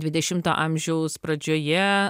dvidešimto amžiaus pradžioje